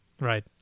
Right